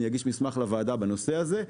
אני אגיש מסמך לוועדה בנושא הזה,